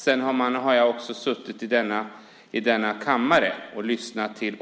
Sedan har jag också suttit i denna kammare och lyssnat till